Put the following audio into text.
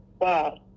Wow